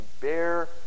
bear